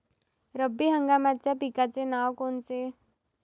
रब्बी हंगामाच्या पिकाचे नावं कोनचे?